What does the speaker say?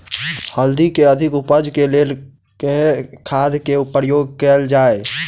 हल्दी केँ अधिक उपज केँ लेल केँ खाद केँ प्रयोग कैल जाय?